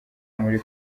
muri